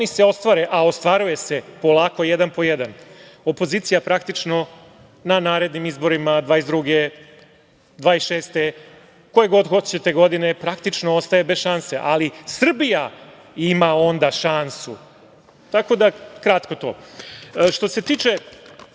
oni ostvare, a ostvaruje se polako jedan po jedan, opozicija praktično na narednim izborima, 2022, 2026. godine, koje god hoćete godine, praktično ostaje bez šanse, ali Srbija ima onda šansu. Što se tiče